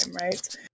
right